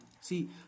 See